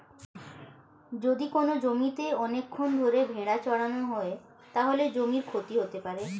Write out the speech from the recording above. যদি কোনো জমিতে অনেকক্ষণ ধরে ভেড়া চড়ানো হয়, তাহলে জমির ক্ষতি হতে পারে